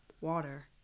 water